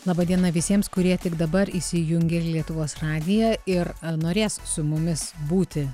laba diena visiems kurie tik dabar įsijungė lietuvos radiją ir norės su mumis būti